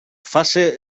fase